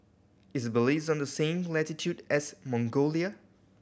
is Belize on the same latitude as Mongolia